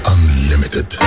Unlimited